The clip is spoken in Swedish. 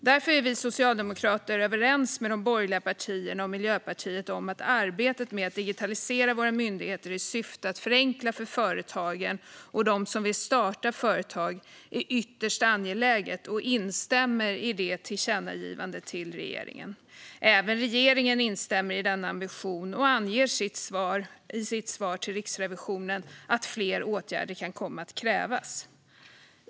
Därför är vi socialdemokrater överens med de borgerliga partierna och Miljöpartiet om att arbetet med att digitalisera våra myndigheter, i syfte att förenkla för företagen och för dem som vill starta företag, är ytterst angeläget. Vi instämmer i tillkännagivandet till regeringen. Även regeringen instämmer i denna ambition och anger i sitt svar till Riksrevisionen att fler åtgärder kan komma att krävas.